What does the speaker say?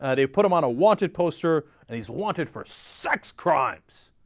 ah they've put him on a wanted poster. and he's wanted for sex crimes!